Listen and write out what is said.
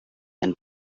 and